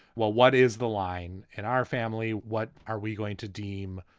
well, what is the line in our family? what are we going to deem?